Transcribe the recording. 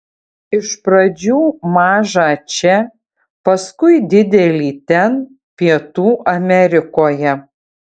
iš pradžių mažą čia paskui didelį ten pietų amerikoje